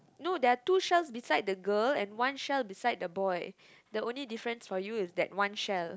no there are two shells beside the girl and one shell beside the boy the only different for you is that one shell